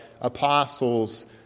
apostles